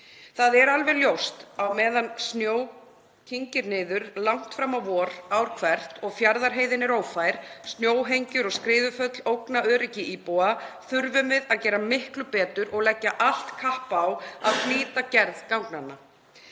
Það er alveg ljóst að á meðan snjó kyngir niður langt fram á vor ár hvert og Fjarðarheiðin er ófær og snjóhengjur og skriðuföll ógna öryggi íbúa þurfum við að gera miklu betur og leggja allt kapp á að flýta gerð ganganna.